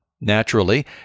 Naturally